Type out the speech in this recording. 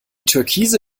türkise